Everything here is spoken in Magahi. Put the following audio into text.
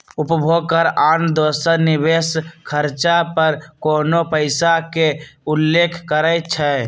उपभोग कर आन दोसर निवेश खरचा पर कोनो पइसा के उल्लेख करइ छै